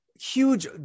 Huge